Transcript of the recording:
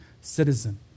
citizen